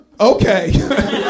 okay